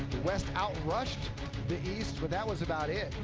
west outrushed the east, but that was about it.